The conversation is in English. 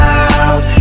out